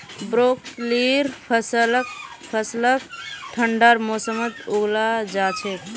ब्रोकलीर फसलक ठंडार मौसमत उगाल जा छेक